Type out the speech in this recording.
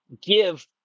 give